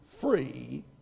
free